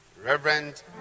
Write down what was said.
Reverend